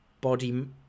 body